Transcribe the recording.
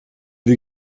die